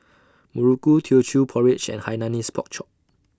Muruku Teochew Porridge and Hainanese Pork Chop